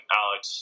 alex